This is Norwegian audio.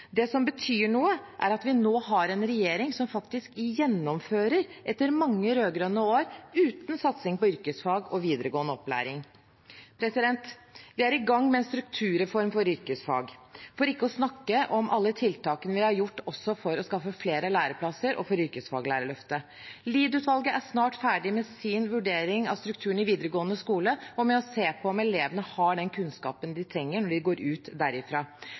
Det som betyr noe, er at vi nå har en regjering som faktisk gjennomfører, etter mange rød-grønne år uten satsing på yrkesfag og videregående opplæring. Vi er i gang med en strukturreform for yrkesfag, for ikke å snakke om alle tiltakene vi har satt i verk for å skaffe flere læreplasser og for yrkesfaglærerløftet. Lied-utvalget er snart ferdig med sin vurdering av strukturen i videregående skole og med å se på om elevene har den kunnskapen de trenger, når de går ut